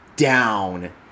down